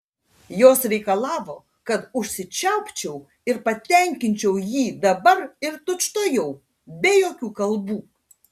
jos reikalavo kad užsičiaupčiau ir patenkinčiau jį dabar ir tučtuojau be jokių kalbų